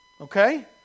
okay